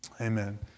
Amen